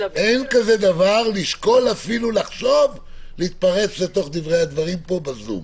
אין כזה דבר לשקול אפילו לחשוב להתפרץ לתוך הדברים פה בזום.